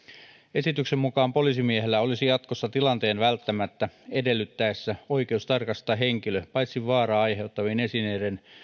esityksen mukaan poliisimiehellä olisi jatkossa tilanteen välttämättä edellyttäessä oikeus tarkastaa henkilö paitsi vaaraa aiheuttavien esineiden